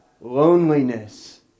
Loneliness